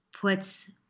puts